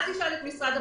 אל תשאל את משרד הבריאות,